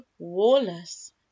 warless